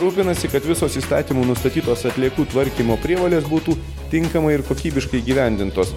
rūpinasi kad visos įstatymų nustatytos atliekų tvarkymo prievolės būtų tinkamai ir kokybiškai įgyvendintos